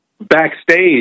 backstage